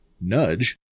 nudge